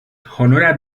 honora